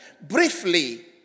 Briefly